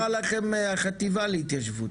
אולי לא נקרא לכם החטיבה להתיישבות,